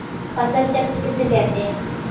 फसल चक्र किसे कहते हैं?